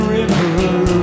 River